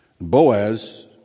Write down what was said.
Boaz